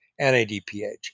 NADPH